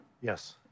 Yes